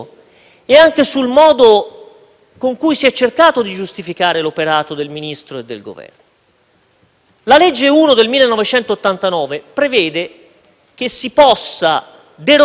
La legge n. 1 del 1989 prevede che si possa derogare a una norma dello Stato se, appunto, si persegue un interesse